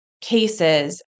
cases